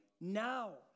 now